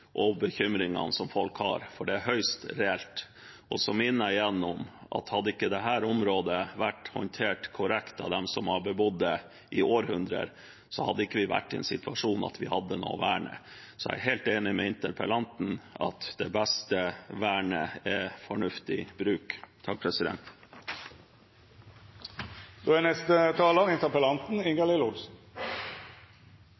og bekymringene som folk har, for de er høyst reelle. Så minner jeg igjen om at hadde ikke dette området vært håndtert korrekt av dem som har bebodd det i århundrer, hadde vi ikke vært i den situasjonen at vi hadde noe å verne. Så jeg er helt enig med interpellanten i at det beste vernet er fornuftig bruk. Takk